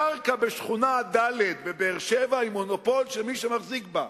קרקע בשכונה ד' בבאר-שבע היא מונופול של מי שמחזיק בה.